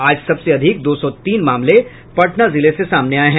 आज सबसे अधिक दो सौ तीन मामले पटना जिले से सामने आये हैं